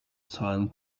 zahlen